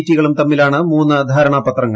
ടികളുട് തമ്മീലാണ് മൂന്ന് ധാരണാപത്രങ്ങൾ